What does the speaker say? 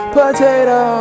potato